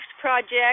project